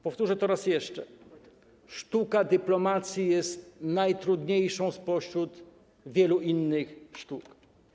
Powtórzę to raz jeszcze: Sztuka dyplomacji jest najtrudniejszą spośród wielu innych sztuk.